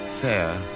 fair